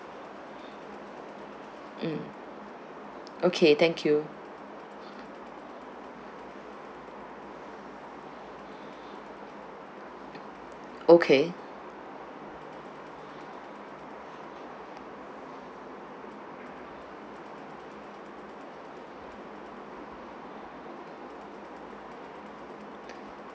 mm okay thank you okay